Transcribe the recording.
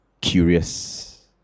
curious